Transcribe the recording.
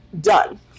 done